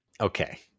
Okay